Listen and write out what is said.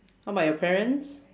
how bout your parents